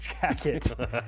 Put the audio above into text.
jacket